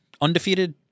undefeated